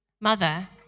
Mother